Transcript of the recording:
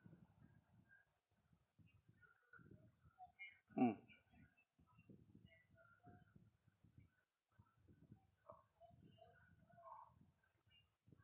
mm